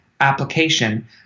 application